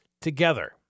together